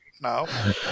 No